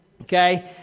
Okay